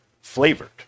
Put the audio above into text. flavored